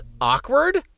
awkward